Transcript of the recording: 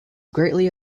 greatly